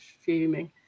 fuming